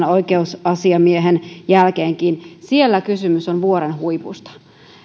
oikeusasiamiehen jälkeenkin siellä kysymys on vuoren huipusta